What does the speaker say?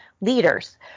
leaders